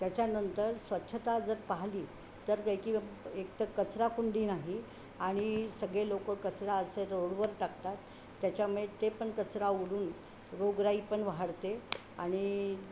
त्याच्यानंतर स्वच्छता जर पाहिली तर काय की एकतर कचरा कुंडी नाही आणि सगळे लोक कचरा असे रोडवर टाकतात त्याच्यामुळे ते पण कचरा उडून रोगराई पण वाढते आणि